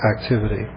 activity